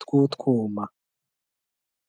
tw'utwuma.